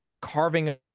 carving